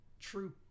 true